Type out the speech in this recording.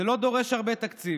זה לא דורש הרבה תקציב,